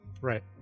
Right